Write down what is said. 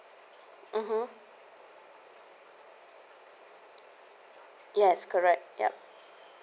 mmhmm yes correct yup